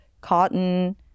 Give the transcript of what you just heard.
cotton